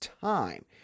time